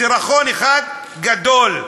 סירחון אחד גדול.